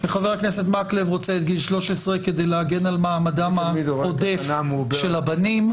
וחבר הכנסת מקלב רוצה את גיל 13 כדי להגן על מעמדם העודף של הבנים.